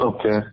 Okay